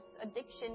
addiction